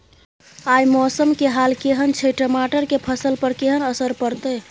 आय मौसम के हाल केहन छै टमाटर के फसल पर केहन असर परतै?